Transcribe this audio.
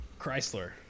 Chrysler